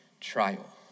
trial